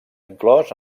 inclòs